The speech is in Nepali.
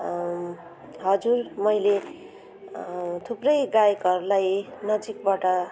हजुर मैले थुप्रै गायकहरूलाई नजिकबाट